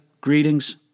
Greetings